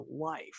life